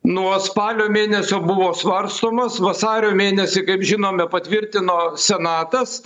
nuo spalio mėnesio buvo svarstomas vasario mėnesį kaip žinome patvirtino senatas